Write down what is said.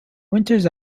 winters